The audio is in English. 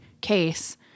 case